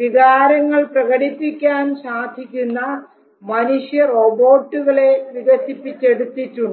വികാരങ്ങൾ പ്രകടിപ്പിക്കാൻ സാധിക്കുന്ന മനുഷ്യ റോബോട്ടുകളെ വികസിപ്പിച്ചെടുത്തിട്ടുണ്ട്